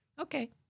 Okay